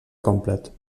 complet